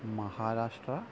Maharashtra